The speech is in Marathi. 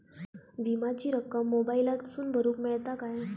विमाची रक्कम मोबाईलातसून भरुक मेळता काय?